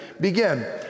Begin